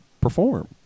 perform